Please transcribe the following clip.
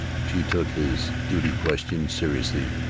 she took his duty-question seriously,